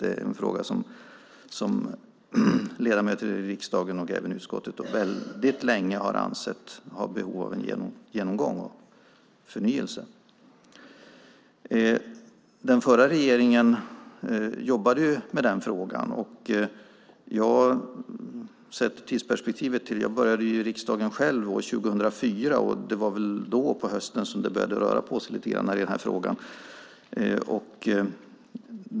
Det är en fråga som ledamöter i riksdagen och även i utskottet väldigt länge har ansett behöver en genomgång och förnyelse. Den förra regeringen jobbade med frågan. Jag började själv i riksdagen år 2004, och det var väl då på hösten som det började röra på sig lite grann i den här frågan.